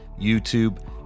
YouTube